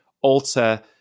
alter